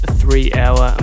three-hour